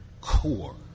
core